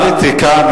למדתי כאן.